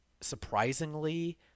surprisingly